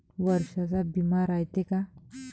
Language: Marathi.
वर्षाचा बिमा रायते का?